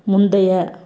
முந்தைய